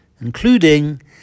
including